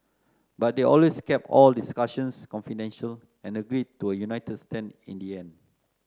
but they always kept all discussions confidential and agreed to a united stand in the end